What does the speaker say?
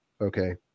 okay